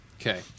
Okay